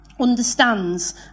Understands